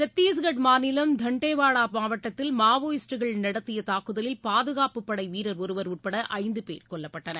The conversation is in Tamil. சத்தீஸ்கட் மாநிலம் தண்டேவாடா மாவட்டத்தில் மாவோயிஸ்ட்டுகள் நடத்திய தாக்குதலில் பாதுகாப்பு படை வீரர் ஒருவர் உட்பட ஐந்து பேர் கொல்லப்பட்டனர்